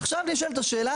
עכשיו נשאלת השאלה,